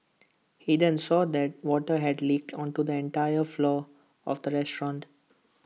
he then saw that water had leaked onto the entire floor of the restaurant